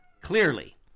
clearly